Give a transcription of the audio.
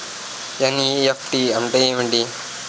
NEFT అంటే ఎంటి?